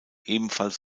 ebenfalls